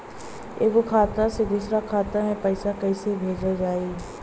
एगो खाता से दूसरा खाता मे पैसा कइसे भेजल जाई?